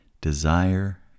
desire